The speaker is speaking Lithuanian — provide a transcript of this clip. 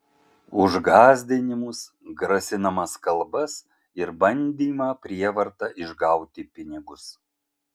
už gąsdinimus grasinamas kalbas ir bandymą prievarta išgauti pinigus